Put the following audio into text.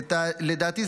לדעתי,